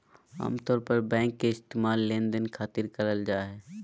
आमतौर पर बैंक के इस्तेमाल लेनदेन खातिर करल जा हय